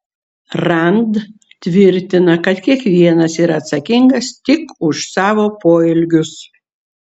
rand tvirtina kad kiekvienas yra atsakingas tik už savo poelgius